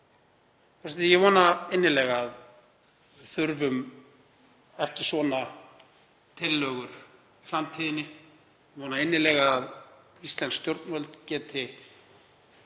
Forseti. Ég vona innilega að þurfum ekki svona tillögur í framtíðinni. Ég vona innilega að íslensk stjórnvöld geti